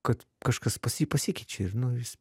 kad kažkas pas jį pasikeičia ir nu jis